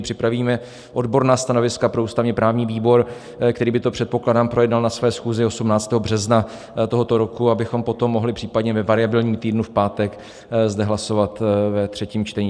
Připravíme odborná stanoviska pro ústavněprávní výbor, který by to předpokládám projednal na své schůzi 18. března tohoto roku, abychom potom mohli případně ve variabilním týdnu v pátek zde hlasovat ve třetím čtení.